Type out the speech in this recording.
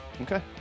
Okay